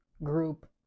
group